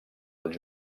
als